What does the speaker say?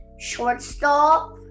shortstop